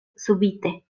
subite